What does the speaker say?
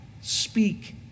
speak